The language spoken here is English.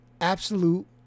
absolute